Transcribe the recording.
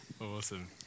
Awesome